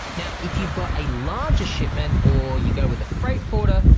now, if you've got a larger shipment or you go with freight forwarder,